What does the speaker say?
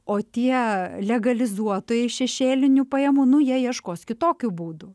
o tie legalizuotojai šešėlinių pajamų nu jie ieškos kitokių būdų